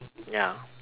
ya